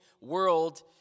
world